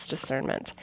discernment